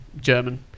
German